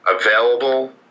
available